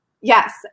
Yes